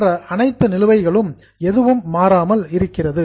மற்ற அனைத்து நிலுவைகள் எதுவும் மாறாமல் இருக்கிறது